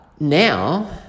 Now